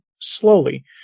slowly